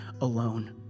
alone